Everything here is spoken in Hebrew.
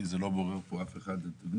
כי לא גורר פה אף אחד לאנטגוניזם.